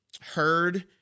heard